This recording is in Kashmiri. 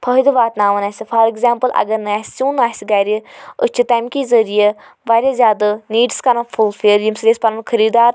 فٲیدٕ واتناوان اسہِ فار ایٚگزامپٕل اگر نہٕ اسہِ سیٛن آسہِ گھرِ أسۍ چھِ تمکے ذریعہِ واریاہ زیادٕ نیٖڈٕس کران فُل فِل ییٚمہِ سۭتۍ أسۍ پَنُن خریدار